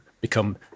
become